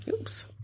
Oops